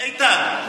איתן?